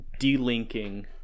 delinking